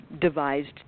devised